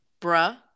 bruh